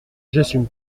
j’assume